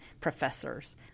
professors